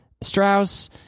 Strauss